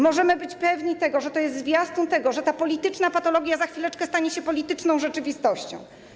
Możemy być pewni, że to jest zwiastun tego, że ta polityczna patologia za chwileczkę stanie się polityczną rzeczywistością.